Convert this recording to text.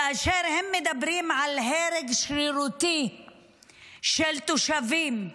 כאשר הם מדברים על הרג שרירותי של תושבים,